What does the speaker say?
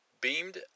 beamed